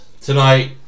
tonight